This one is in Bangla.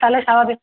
তাহলে স্বাভাবিক